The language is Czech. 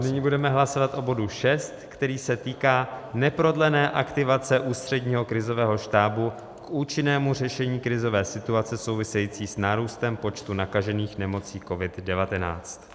Nyní budeme hlasovat o bodu 6, který se týká neprodlené aktivace Ústředního krizového štábu k účinnému řešení krizové situace související s nárůstem počtu nakažených nemocí COVID19.